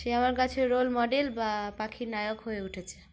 সে আমার কাছে role model বা পাখির নায়ক হয়ে উঠেছে